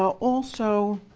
also,